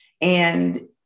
And-